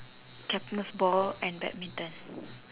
captain's ball and badminton